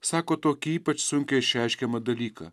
sako tokį ypač sunkiai išreiškiamą dalyką